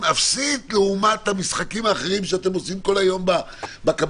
אפסית לעומת המשחקים האחרים שאתם עושים כל היום בקבינט,